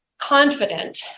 confident